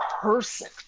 person